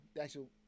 actual